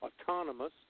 autonomous